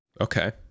okay